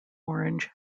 orange